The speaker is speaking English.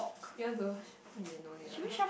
you want to sh~ okay no need lah !huh!